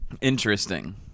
interesting